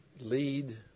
lead